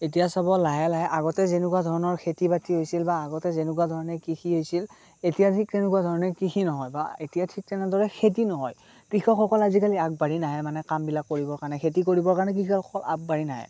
এতিয়া চাব লাহে লাহে আগতে যেনেকুৱা ধৰণৰ খেতি বাতি হৈছিল বা আগতে যেনেকুৱা ধৰণে কৃষি হৈছিল এতিয়া ঠিক তেনেকুৱা ধৰণে কৃষি নহয় বা এতিয়া ঠিক তেনেদৰে খেতি নহয় কৃষকসকল আজিকালি আগবাঢ়ি নাহে মানে কামবিলাক কৰিব কাৰণে খেতি কৰিবৰ কাৰণে কৃষকসকল আগবাঢ়ি নাহে